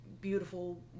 beautiful